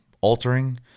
altering